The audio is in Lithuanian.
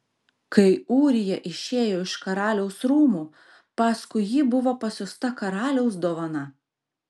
kai ūrija išėjo iš karaliaus rūmų paskui jį buvo pasiųsta karaliaus dovana